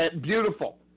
beautiful